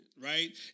right